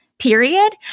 period